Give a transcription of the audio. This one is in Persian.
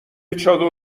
چادر